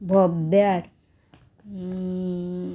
भोगद्यार